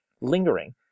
lingering